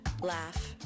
laugh